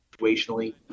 situationally